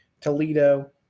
Toledo